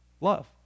love